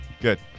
Good